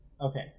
Okay